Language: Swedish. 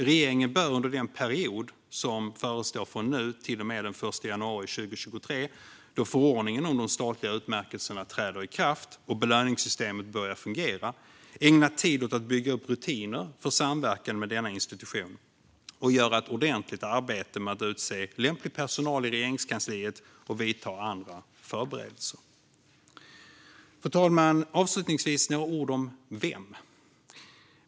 Regeringen bör under den period som förestår från nu till och med den 1 januari 2023, då förordningen om de statliga utmärkelserna träder i kraft och belöningssystemet börjar fungera, ägna tid åt att bygga upp rutiner för samverkan med denna institution och göra ett ordentligt arbete med att utse lämplig personal i Regeringskansliet och vidta andra förberedelser. Fru talman! Avslutningsvis vill jag säga några ord om vem.